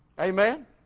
Amen